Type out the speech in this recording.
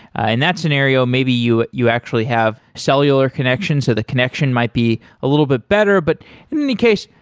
and that scenario, maybe you you actually have cellular connection so the connection might be a little bit better. but in any case,